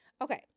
okay